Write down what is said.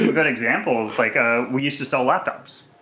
good examples like ah we used to sell laptops.